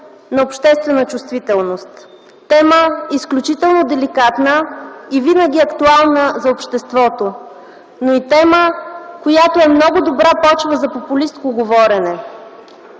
на обществена чувствителност. Тема, изключително деликатна и винаги актуална за обществото, но и тема, която е много добра почва за популистко говорене.